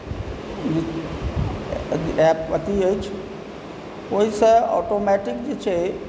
app अथी अछि ओहिसँ ऑटोमेटिक जे छै